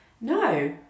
no